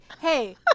hey